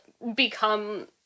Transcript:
become